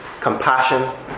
compassion